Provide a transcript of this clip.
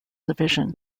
division